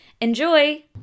Enjoy